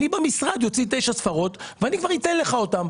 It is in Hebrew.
במשרד אני אוציא תשע ספרות ואני כבר אתן לך אותן.